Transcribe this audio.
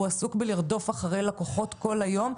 הוא עסוק בלרדוף אחרי לקוחות כל היום.